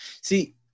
See